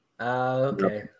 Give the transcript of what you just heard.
okay